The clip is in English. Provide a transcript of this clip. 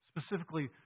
Specifically